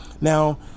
Now